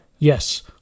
Yes